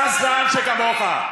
גזען שכמוך.